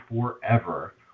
forever